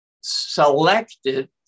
selected